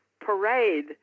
parade